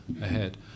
ahead